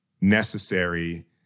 necessary